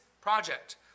project